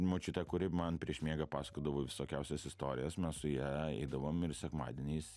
močiute kuri man prieš miegą pasakodavo visokiausias istorijas mes su ja eidavom ir sekmadieniais